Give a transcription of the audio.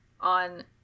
on